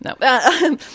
No